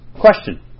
Question